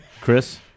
Chris